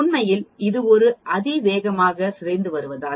உண்மையில் இது ஒரு அதிவேகமாக சிதைந்து வருவதால்